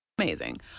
amazing